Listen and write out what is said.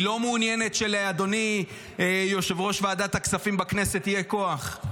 היא לא מעוניינת שלאדוני יושב-ראש ועדת הכספים בכנסת יהיה כוח.